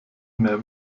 mehr